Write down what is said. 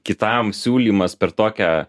kitam siūlymas per tokią